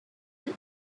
you